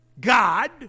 God